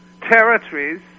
territories